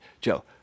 Joe